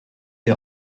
the